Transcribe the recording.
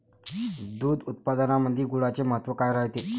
दूध उत्पादनामंदी गुळाचे महत्व काय रायते?